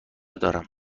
دارم